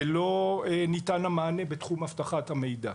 ולא ניתן המענה בתחום אבטחת המידע.